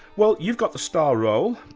well, you've got the star role.